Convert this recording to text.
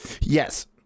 yes